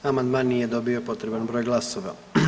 Amandman nije dobio potreban broj glasova.